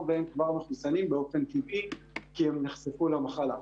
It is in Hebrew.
שהם כבר מחוסנים באופן טבעי כי הם נחשפו למחלה.